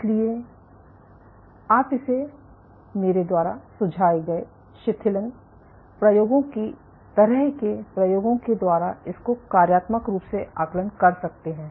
इसलिए आप इसे मेरे द्वारा सुझाए गए शिथिलन प्रयोगों की तरह के प्रयोगों के द्वारा इसको कार्यात्मक रूप से आकलन कर सकते हैं